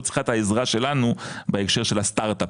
צריכה את העזרה שלנו בהקשר של הסטארט אפ,